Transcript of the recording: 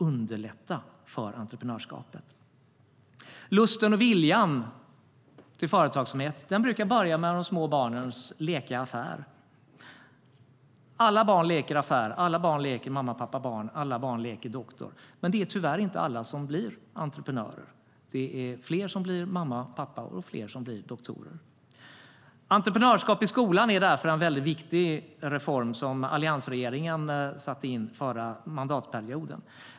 Underlätta för entreprenörskapet. Entreprenörskap i skolan är därför en viktig reform som alliansregeringen satte in förra mandatperioden.